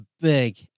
big